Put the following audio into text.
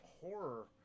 horror